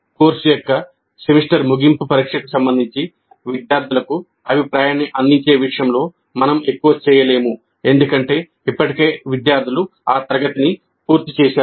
course యొక్క semester ముగింపు పరీక్షకు సంబంధించి విద్యార్థులకు అభిప్రాయాన్ని అందించే విషయంలో మనం ఎక్కువ చేయలేము ఎందుకంటే ఇప్పటికే విద్యార్థులు ఈ తరగతిని పూర్తి చేశారు